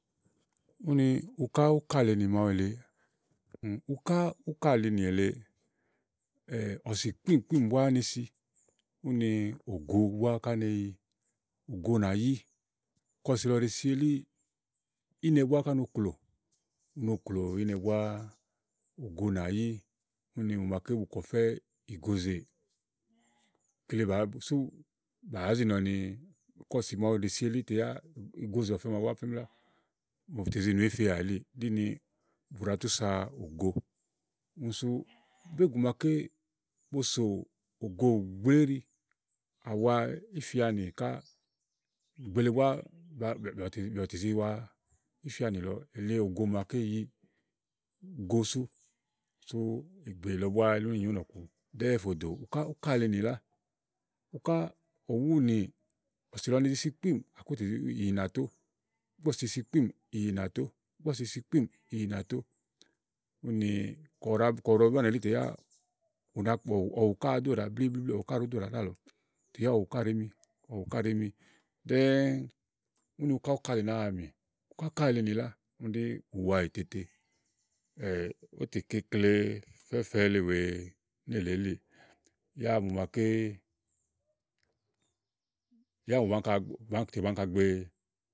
úni uká úkàlìnì màa wu èle, uká úkàlinì èle, ɔ̀sì kpíìmkpíìm búá ne si úni ògo búá ka ne yiògo nà yí ka ɔ̀sì lɔ ɖèe si elíì, ínɛ búá ka nɔ klòu no klò ínɛ búá ògo nà yi úni mò màaké bu kè ɔfɛ́ ìgozè kele bàá súù bàá zi nɔ̀ɔ ni ka ɔ̀sì màawu ɖèe si elí tèyá ìgo ɔ̀fɛ màaɖu búá plémú lá mò bù tè zi nù éfeà elíì úni bù ɖa túsa ògo úni sú bé gù màaké bo sò ògoùgbléɖi àwa ífeanì ká, ìgbèle búá bìà bù tè zi mi wa ífeanì lɔɔ élí ògo màaké yigo sú ígbè lɔ búá elí úni nyì ówò nɔ̀ku ɖɛ́ɛ́ fò dò úka úkàlinì lá. ɔká ɔ̀wúnì ɔsi lɔ ne ze si kpíìm gàké ùtè zì mi ìyì nà tó, ɔ̀gbɔ ɔ́sì isi kpíìm ìyì nàtó, ígbɔ ɔ̀sì isi kpíìm ìyì nàtó úni ka ù ɖàá banìi elítè yá ù na kɛ ɔ̀wù kà àá do ɖàa wa blíblíblí. ɔ̀wù ká ɖòó ɖo ɖàawa ɖíálɔ̀ɔ. tè ya ɔ̀wù ká ɖèé mi, ɔ̀wù ká ɖèé mi ɖɛ́ɛ́ úni uká úkàli nì nàáa mì uká úkàlinì lá úni ɖi ùwaètete bù tèkè ikle fɛ́fɛ̃ le wèe nélèeè elíì. yá mò maaké yámà màa bàáa áŋka gbee.